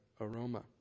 aroma